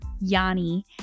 Yanni